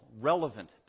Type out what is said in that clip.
relevant